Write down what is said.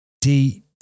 deep